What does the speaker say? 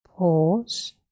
Pause